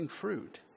fruit